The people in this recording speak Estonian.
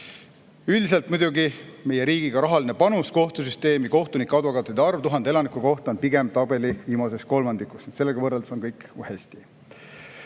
Üldiselt muidugi meie riigi rahaline panus kohtusüsteemi ning kohtunike ja advokaatide arv 1000 elaniku kohta on pigem tabeli viimases kolmandikus, sellega võrreldes on kõik hästi. Nüüd